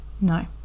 No